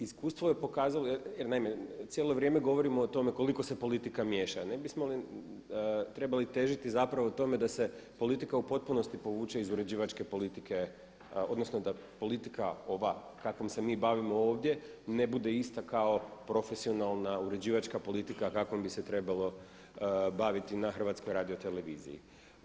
Iskustvo je pokazalo, jer naime cijelo vrijeme govorimo o tome koliko se politika miješa, ne bismo li trebali težiti zapravo tome da se politika u potpunosti povuče iz uređivačke politike, odnosno da politika ova kakvom se mi bavimo ovdje ne bude ista kao profesionalna uređivačka politika kakvom bi se trebalo baviti na HRT-u.